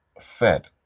fed